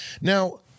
Now